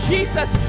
Jesus